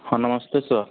हाँ नमस्ते सर